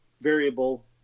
variable